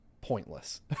pointless